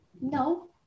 no